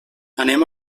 anem